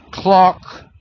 clock